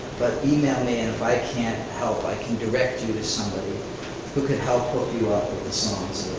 but email me, and if i can't help, i can direct you to somebody who could help hook you up with the songs